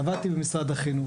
עבדתי במשרד החינוך.